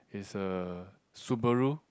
is a Subaru